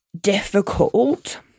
difficult